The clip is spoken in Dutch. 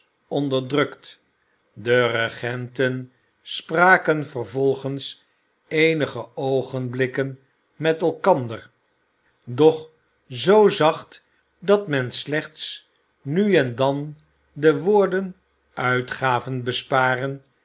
onderdrukt de regenten spraken vervolgens eenige oogenblikkcn met elkander doch zoo zacht dat men slechts nu en dan de woorden uitgaven besparen